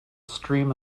stream